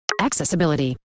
Accessibility